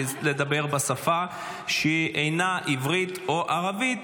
לדבר בשפה שהיא אינה עברית או ערבית,